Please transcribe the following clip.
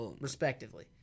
respectively